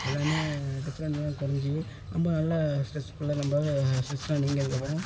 எல்லாம் டிஃப்ரெண்ட்னு குறைஞ்சி ரொம்ப நல்லா ஸ்ட்ரெஸ்ஃபுல்லாக நம்ம ஸ்ட்ரெஸ்ஸாக நீங்கள் அதுக்கப்புறோம்